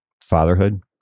fatherhood